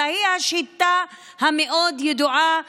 אלא היא שיטה מאוד ידועה,